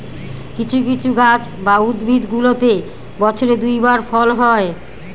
কিছু কিছু গাছ বা উদ্ভিদগুলোতে বছরে দুই বার ফল হয়